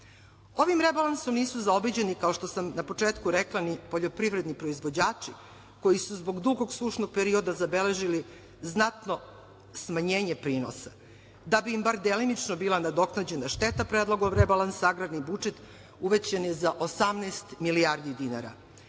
rebalansom nisu zaobiđeni, kao što sam na početku rekla, ni poljoprivredni proizvođači koji su zbog dugog sušnog perioda zabeležili znatno smanjenje prinosa. Da bi im bar delimično bila nadoknađena šteta, predlogom rebalansa agrarni budžet uvećan je za 18 milijardi dinara.